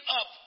up